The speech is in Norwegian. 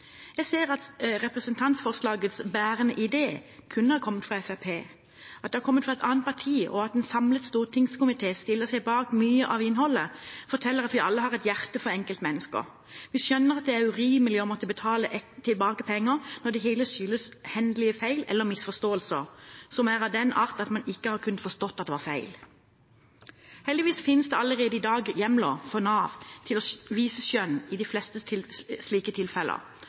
Jeg ser at representantforslagets bærende idé kunne ha kommet fra Fremskrittspartiet. At det er kommet fra et annet parti, og at en samlet stortingskomité stiller seg bak mye av innholdet, forteller at vi alle har et hjerte for enkeltmennesker. Vi skjønner at det er urimelig å måtte betale tilbake penger når det hele skyldes hendelige feil eller misforståelser som er av den art at man ikke har kunnet forstå at det var feil. Heldigvis finnes det allerede i dag hjemler for Nav til å vise skjønn i de fleste slike tilfeller,